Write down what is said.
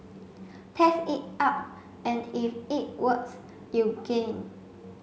test it out and if it works you gain